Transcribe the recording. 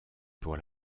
pour